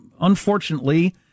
unfortunately